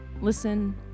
listen